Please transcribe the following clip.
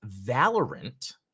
Valorant